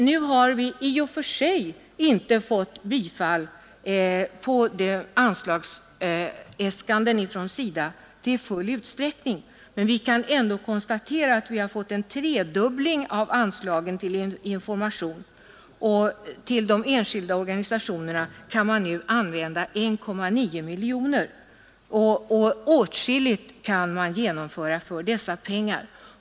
Enligt propositionen tillstyrkes inte bifall till anslagsäskanden från SIDA för information i full utsträckning, men vi kan konstatera en tredubbling av anslagen till detta ändamål. Till de enskilda organisationerna anslås 1,9 miljoner kronor, och åtskilligt kan genomföras för dessa pengar.